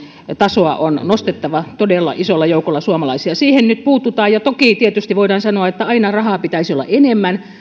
tasoa on nostettava todella isolla joukolla suomalaisia siihen nyt puututaan ja toki tietysti voidaan sanoa että aina rahaa pitäisi olla enemmän